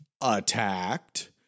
attacked